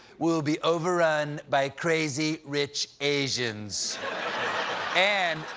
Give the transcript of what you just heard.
we'll be overrun by crazy rich asians and,